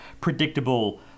predictable